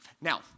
Now